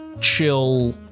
chill